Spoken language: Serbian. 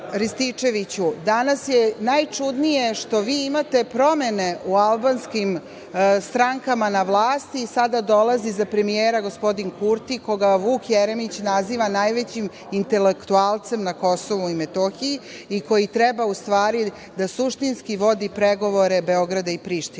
danas je najčudnije što vi imate promene u albanskim strankama na vlasti, sada dolazi za premijera gospodin Kurti, koga Vuk Jeremić naziva najvećim intelektualcem na KiM i koji treba suštinski da vode pregovore Beograda i Prištine. Znači,